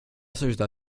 società